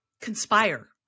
conspire